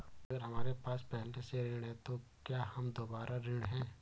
अगर हमारे पास पहले से ऋण है तो क्या हम दोबारा ऋण हैं?